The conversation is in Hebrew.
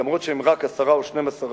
למרות שהם רק 10% או 12%,